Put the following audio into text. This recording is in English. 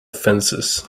fences